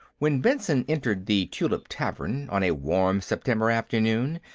when benson entered the tulip tavern, on a warm september afternoon,